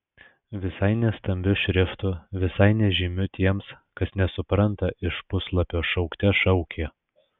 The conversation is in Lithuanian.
visai ne stambiu šriftu visai nežymiu tiems kas nesupranta iš puslapio šaukte šaukė